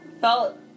felt